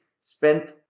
spent